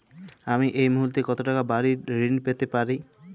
আমি এই মুহূর্তে কত টাকা বাড়ীর ঋণ পেতে পারি?